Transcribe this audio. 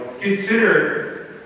Consider